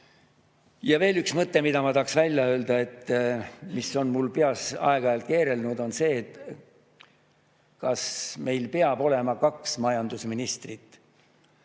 Ja veel üks mõte, mida ma tahaksin välja öelda, mis on mul peas aeg-ajalt keerelnud. Kas meil peab olema kaks majandusministrit?